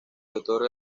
otorga